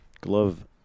Glove